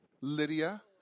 Lydia